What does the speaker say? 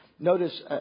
Notice